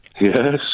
Yes